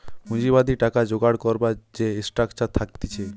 পুঁজিবাদী টাকা জোগাড় করবার যে স্ট্রাকচার থাকতিছে